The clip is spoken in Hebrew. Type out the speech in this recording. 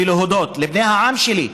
ולהודות לבני העם שלי,